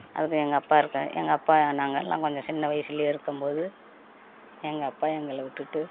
அதாவது எங்கள் அப்பா இருக்குது எங்கள் அப்பா நாங்கெள்லாம் கொஞ்சம் சின்ன வயதிலே இருக்கும்போது எங்கள் அப்பா எங்களை விட்டுட்டு